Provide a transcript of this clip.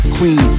Queen